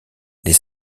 des